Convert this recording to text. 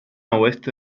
oeste